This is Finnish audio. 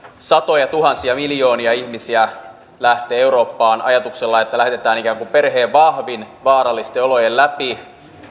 satojatuhansia miljoonia ihmisiä lähtee eurooppaan ajatuksella että ikään kuin lähetetään perheen vahvin vaarallisten olojen läpi